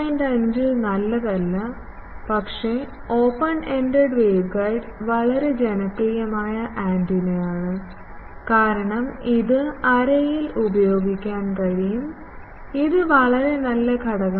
5 നല്ലതല്ല പക്ഷേ open end waveguide വളരെ ജനപ്രിയമായ ആന്റിനയാണ് കാരണം ഇത് അറേയിൽ ഉപയോഗിക്കാൻ കഴിയും ഇത് വളരെ നല്ല ഘടകമാണ്